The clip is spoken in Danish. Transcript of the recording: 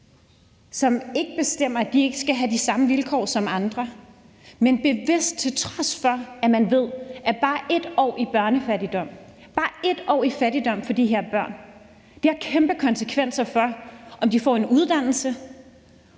som ikke selv bestemmer, at de ikke skal have de samme vilkår som andre. Men man gør det bevidst, og til trods for at man ved, at bare et år i børnefattigdom, bare et år i fattigdom for de her børn, har kæmpe konsekvenser for, om de får en uddannelse,